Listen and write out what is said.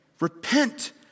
repent